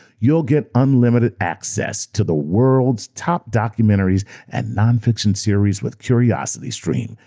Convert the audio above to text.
you'll get unlimited access to the world's top documentaries and non-fiction series with curiositystream.